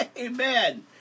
amen